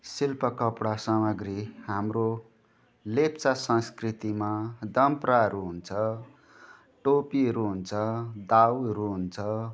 शिल्प कपडा सामग्री हाम्रो लेप्चा संस्कृतिमा दाम्प्राहरू हुन्छ टोपीहरू हुन्छ दावहरू हुन्छ